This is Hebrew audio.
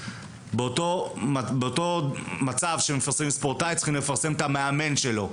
באותו מצב שמפרסמים ספורטאי צריכים לפרסם את המאמן שלו.